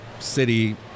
City